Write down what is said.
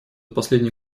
последний